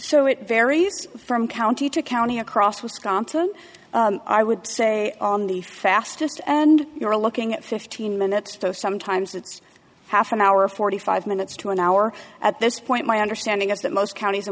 so it varies from county to county across wisconsin i would say on the fastest and you're looking at fifteen minutes so sometimes it's half an hour forty five minutes to an hour at this point my understanding is that most counties in